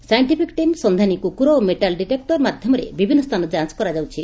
scientific team ସନ୍ଧାନୀ କୁକୁର ଓ ମେଟାଲ ଡିଟେକୁର ମାଧ୍ଧମରେ ବିଭିନୁ ସ୍ତାନ ଯାଞ କରାଯାଉଛି